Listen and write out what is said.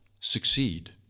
succeed